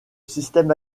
système